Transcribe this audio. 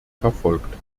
verfolgt